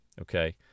Okay